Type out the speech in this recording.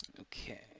Okay